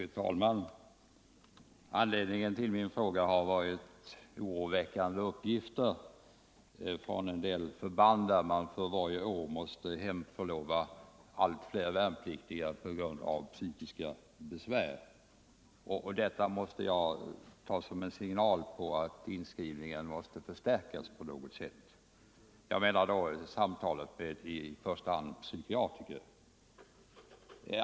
Fru talman! Anledningen till min fråga är oroväckande uppgifter från en del förband, där man för varje år måste hemförlova allt fler värnpliktiga på grund av att de har psykiska besvär. Detta måste jag ta som en signal till att inskrivningen måste förstärkas på något sätt. Jag menar då i första hand samtalen med psykiatriker.